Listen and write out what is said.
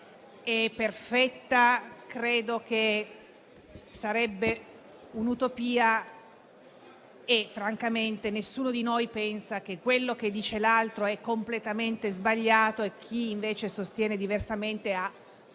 e perfetta, sarebbe un'utopia e, francamente, nessuno di noi pensa che quello che dice l'altro sia completamente sbagliato e che chi invece sostiene diversamente abbia